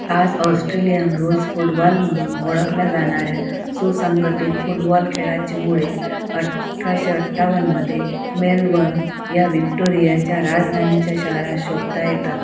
आज Australian rules football म्हणून ओळखल्या जाणाऱ्या सुसंघटित फुटबॉल खेळाची मुळे अठराशे अठ्ठावन्नमध्ये मेलबर्न या विक्टोरियाच्या राजधानीच्या शहरात शोधता येतात